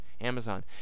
amazon